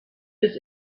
bis